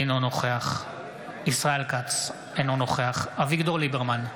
אינו נוכח ישראל כץ, אינו נוכח אביגדור ליברמן,